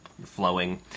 flowing